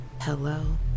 Hello